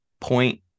point